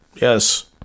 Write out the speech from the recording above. yes